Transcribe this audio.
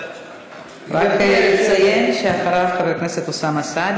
רק אציין שאחריו, חבר הכנסת אוסאמה סעדי.